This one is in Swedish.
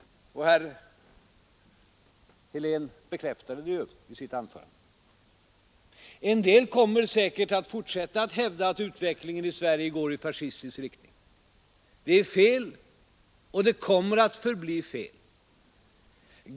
Herr Helén bekräftade ju detta i sitt anförande. En del kommer säkert fortsätta att hävda att utvecklingen i Sverige går i fascistisk riktning. Det är fel, och det kommer att förbli fel.